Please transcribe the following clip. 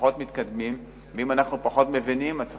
פחות מתקדמים אם אנחנו פחות מבינים אז צריך